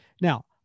Now